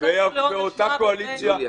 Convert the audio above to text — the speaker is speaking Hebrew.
ואותה קואליציה ------ יוליה,